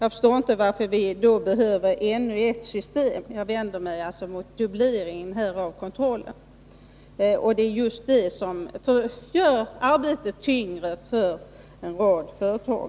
Jag förstår inte varför vi skulle behöva ännu ett system. Jag vänder mig mot en sådan dubblering av kontrollen. Den gör att arbetet blir tyngre för en rad företag.